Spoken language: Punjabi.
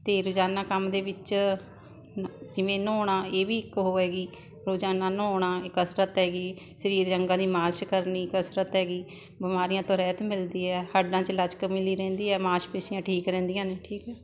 ਅਤੇ ਰੋਜ਼ਾਨਾ ਕੰਮ ਦੇ ਵਿੱਚ ਨ ਜਿਵੇਂ ਨਹਾਉਣਾ ਇਹ ਵੀ ਇੱਕ ਉਹ ਹੈਗੀ ਰੋਜ਼ਾਨਾ ਨਹਾਉਣਾ ਇਹ ਕਸਰਤ ਐਗੀ ਸਰੀਰ ਦੇ ਅੰਗਾਂ ਦੀ ਮਾਲਸ਼ ਕਰਨੀ ਕਸਰਤ ਐਗੀ ਬਿਮਾਰੀਆਂ ਤੋਂ ਰਹਿਤ ਮਿਲਦੀ ਹੈ ਹੱਡਾਂ 'ਚ ਲਚਕ ਮਿਲੀ ਰਹਿੰਦੀ ਹੈ ਮਾਸਪੇਸ਼ੀਆਂ ਠੀਕ ਰਹਿੰਦੀਆਂ ਨੇ ਠੀਕ ਹੈ